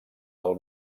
del